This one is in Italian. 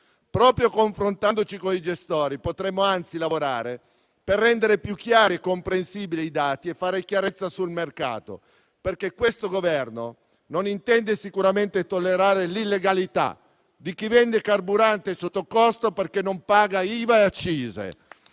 Proprio confrontandoci con i gestori potremo anzi lavorare per rendere più chiari e comprensibili i dati e fare chiarezza sul mercato, perché questo Governo non intende sicuramente tollerare l'illegalità di chi vende carburante sottocosto perché non paga IVA e accise